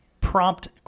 prompt